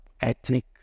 ethnic